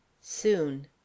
soon